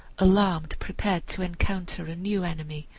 alarmed, prepared to encounter a new enemy,